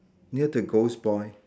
near the ghost boy